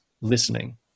listening